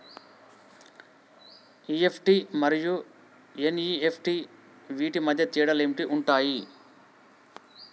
EFT మరియు NEFT వీటి మధ్య తేడాలు ఏమి ఉంటాయి?